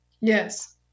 Yes